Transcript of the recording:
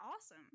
awesome